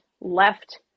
left